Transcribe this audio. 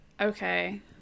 Okay